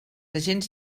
agents